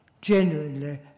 genuinely